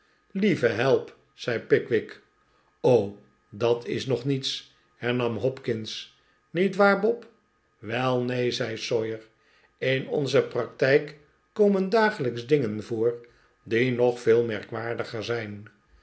lieve help zei pickwick dat is nog niets hernam hopkins niet waar bob wel neen zei sawyer in onze praktijk komen dagelijks dingen voor die nog veel merkwaardiger zijn